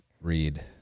read